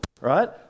right